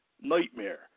nightmare